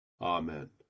amen